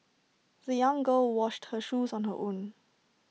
the young girl washed her shoes on her own